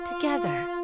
together